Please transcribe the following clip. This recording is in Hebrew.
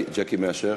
ז'קי מאשר.